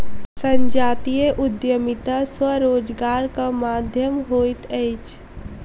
संजातीय उद्यमिता स्वरोजगारक माध्यम होइत अछि